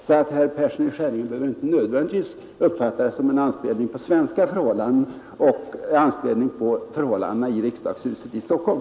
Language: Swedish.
Herr Persson i Skänninge behöver därför inte nödvändigtvis uppfatta det som en anspelning på svenska förhållanden och anspelning på förhållandena i riksdagshuset i Stockholm.